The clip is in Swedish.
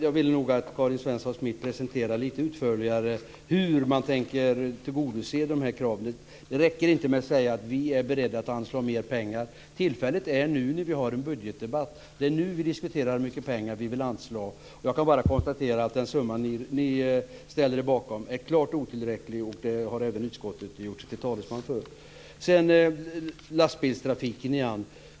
Jag vill nog att Karin Svensson Smith lite utförligare presenterar hur man tänker tillgodose de här kraven. Det räcker inte med att säga att man är beredd att anslå mer pengar. Tillfället är nu när vi har en budgetdebatt. Det är nu vi diskuterar hur mycket pengar vi vill anslå. Jag kan bara konstatera att den summa ni ställer er bakom är klart otillräcklig. Det har även utskottet gjort sig till talesman för. Sedan till lastbilstrafiken igen.